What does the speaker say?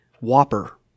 Whopper